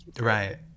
Right